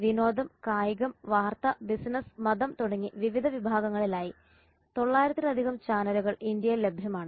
വിനോദം കായികം വാർത്ത ബിസിനസ്സ് മതം തുടങ്ങി വിവിധ വിഭാഗങ്ങളിലായി 900 ൽ അധികം ചാനലുകൾ ഇന്ത്യയിൽ ലഭ്യമാണ്